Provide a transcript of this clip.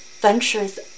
ventures